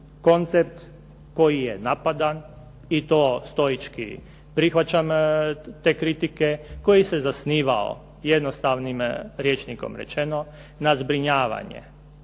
koncept koji je napadan i to stoički prihvaćam te kritike koji se zasnivao jednostavnim rječnikom rečeno na zbrinjavanje